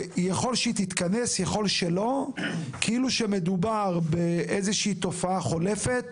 שיכול שהיא תתכנס ויכול שלא כאילו שמדובר באיזשהו תופעה חולפת,